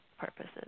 purposes